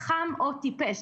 חכם או טיפש,